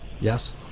Yes